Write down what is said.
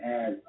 add